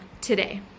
today